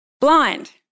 blind